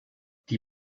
die